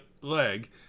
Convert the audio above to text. leg